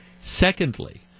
Secondly